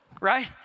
right